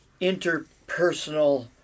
interpersonal